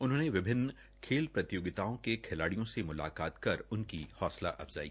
उन्होंने विभिन्न खेल प्रतियोगिताओं के खिलाडिय़ों से मुलाकात कर उनकी हौंसला अफजाई की